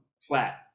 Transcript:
flat